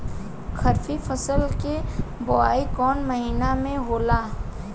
खरीफ फसल क बुवाई कौन महीना में होला?